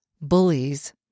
Bullies